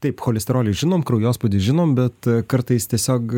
taip cholesterolį žinom kraujospūdį žinom bet kartais tiesiog